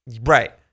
Right